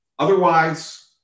Otherwise